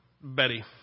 Betty